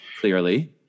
Clearly